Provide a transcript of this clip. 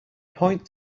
point